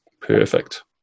Perfect